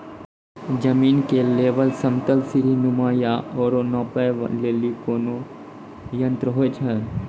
जमीन के लेवल समतल सीढी नुमा या औरो नापै लेली कोन यंत्र होय छै?